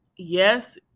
yes